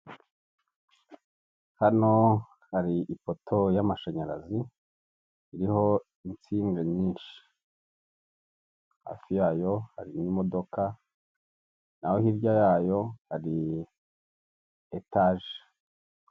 Hano hari ifoto yamashanyarazi, iriho insinga nyinshi. hafi yayo harimo imodoka naho hirya yayo hari etage